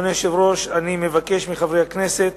אדוני היושב-ראש, אני מבקש מחברי הכנסת